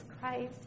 Christ